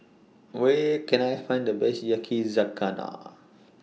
Where Can I Find The Best Yakizakana